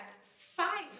five